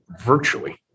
virtually